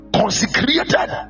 consecrated